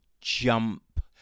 jump